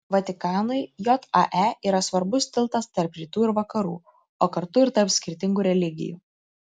vatikanui jae yra svarbus tiltas tarp rytų ir vakarų o kartu ir tarp skirtingų religijų